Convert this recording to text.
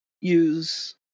use